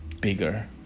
bigger